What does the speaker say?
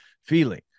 feeling